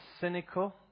cynical